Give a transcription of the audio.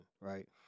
right